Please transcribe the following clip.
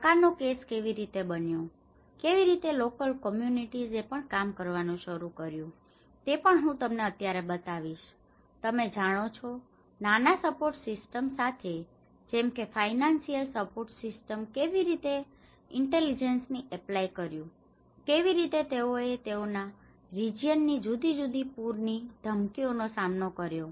ઢાકા નો કેસ કેવી રીતે બન્યો કેની રીતે લોકલ કોમ્યુનીટીઝ એ પણ કામ કરવાનું શરુ કર્યું તે પણ હું તમને અત્યારે બતાવીશ તમે જાણો છો નાના સપોર્ટ સિસ્ટમ સાથે જેમ કે ફાઇનાન્સિયલ સપોર્ટ સિસ્ટમ કેવી રીતે તેઓ ઇન્ટેલિજન્ટલી એપ્લાય કર્યું કેવી રીતે તેઓએ તેઓના રિજિયન ની જુદી જુદી પૂર ની ધમકીઓનો સામનો કર્યો